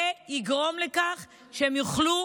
זה יגרום לכך שהם יוכלו